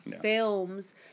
films